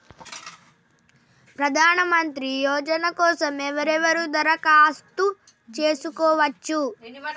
ప్రధానమంత్రి యోజన కోసం ఎవరెవరు దరఖాస్తు చేసుకోవచ్చు?